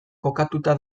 kokatuta